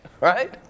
right